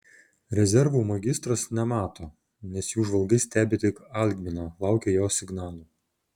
rezervų magistras nemato nes jų žvalgai stebi tik algminą laukia jo signalų